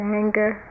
anger